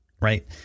right